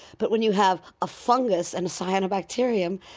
but when you have a fungus and a cyanobacterium,